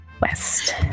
West